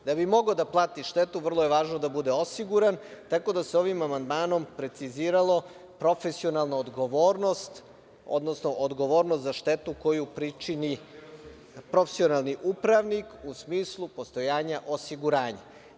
Da bi mogao da plati štetu, vrlo je važno da bude osiguran, tako da sa ovim amandmanom precizirala profesionalna odgovornost, odnosno odgovornost za štetu koju pričini profesionalni upravnik u smislu postojanja osiguranja.